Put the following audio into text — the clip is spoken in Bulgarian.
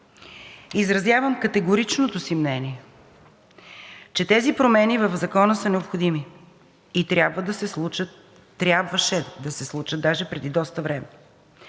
Изразявам категоричното си мнение, че тези промени в Закона са необходими и трябва да се случат, трябваше да се